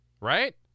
right